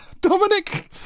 Dominic